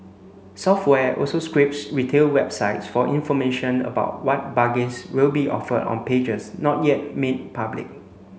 software also scrapes retail websites for information about what bargains will be offered on pages not yet made public